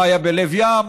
מה היה בלב ים,